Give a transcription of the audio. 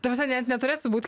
ta prasme net neturėtų būt